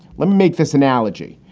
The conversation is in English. let me make this analogy.